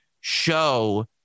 show